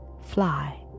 fly